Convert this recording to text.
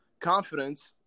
confidence